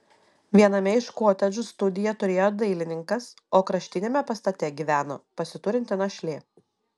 viename iš kotedžų studiją turėjo dailininkas o kraštiniame pastate gyveno pasiturinti našlė